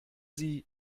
sie